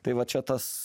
tai va čia tas